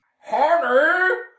honey